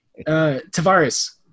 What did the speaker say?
Tavares